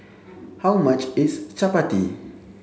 how much is Chapati